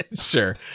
Sure